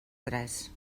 tres